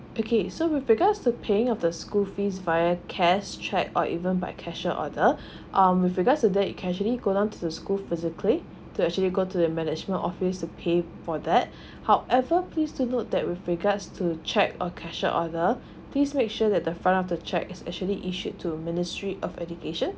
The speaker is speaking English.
okay so with regards the paying of the school fee via cash cheque or even by cashier order um with regards to that you can actually go down to the school physically to actually go to the management office to pay for that however please to note that with regards to cheque a cashier order please make sure that the front of the cheque is actually issue to ministry of education